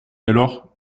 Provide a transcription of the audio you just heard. alors